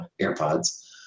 AirPods